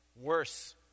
worse